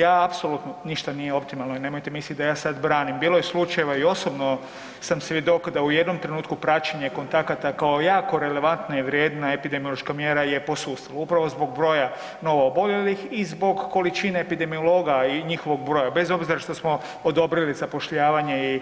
Ja apsolutno, ništa nije optimalno i nemojte mislit da ja sad branim, bilo je slučajeva i osobno sam svjedok da u jednom trenutku praćenje kontakata kao jako relevantna i vrijedna epidemiološka mjera je posustala upravo zbog broja novooboljelih i zbog količine epidemiologa i njihovog broja bez obzira što smo odobrili zapošljavanje i